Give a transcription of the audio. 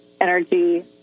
energy